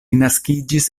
naskiĝis